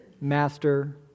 master